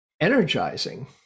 energizing